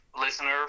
listener